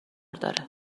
داره